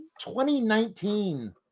2019